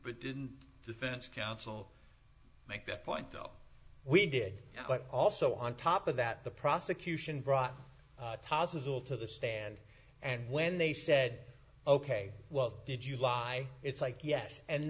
it didn't defense counsel make that point though we did but also on top of that the prosecution brought tazo to the stand and when they said ok well did you lie it's like yes and